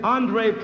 Andre